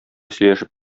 сөйләшеп